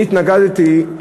אני התנגדתי,